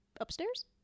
Upstairs